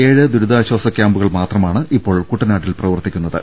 ഏഴ് ദുരിതാശ്ചാസ് ക്യാമ്പുകൾ മാത്ര മാണ് ഇപ്പോൾ കുട്ടനാട്ടിൽ പ്രപ്രവർത്തിക്കു ന്നത്